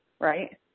right